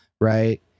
right